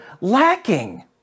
lacking